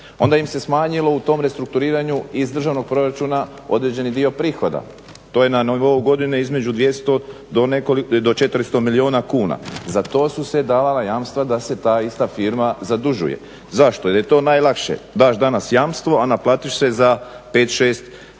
Onda im se smanjilo u tom restrukturiranju iz državnog proračuna određeni dio prihoda. To je na nivou godine između 200 do 400 milijuna kuna. Za to su se davala jamstva da se ta ista firma zadužuje. Zašto? Jer je to najlakše, daš danas jamstvo, a naplatiš se za 5, 6 ili